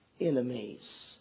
enemies